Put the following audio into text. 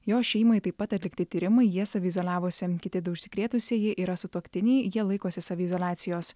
jo šeimai taip pat atlikti tyrimai jie saviizoliavosi kiti du užsikrėtusieji yra sutuoktiniai jie laikosi saviizoliacijos